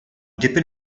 dipyn